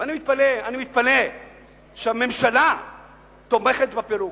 אני מתפלא שהממשלה תומכת בפירוק.